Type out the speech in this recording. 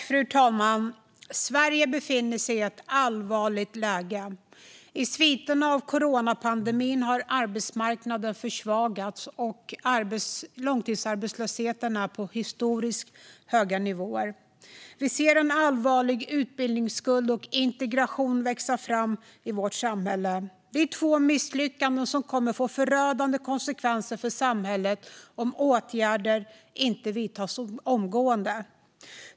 Fru talman! Sverige befinner sig i ett allvarligt läge. I sviterna av coronapandemin har arbetsmarknaden försvagats, och långtidsarbetslösheten är på historiskt höga nivåer. Vi ser en allvarlig utbildningsskuld och integrationsskuld växa fram i vårt samhälle. Detta är två misslyckanden som kommer att få förödande konsekvenser för samhället om åtgärder inte vidtas omgående.